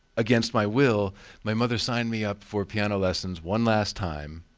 against my will my mother signed me up for piano lessons one last time.